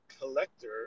collector